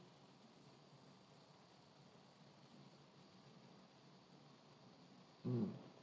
mm